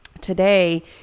today